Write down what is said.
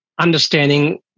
understanding